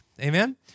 Amen